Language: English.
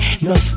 no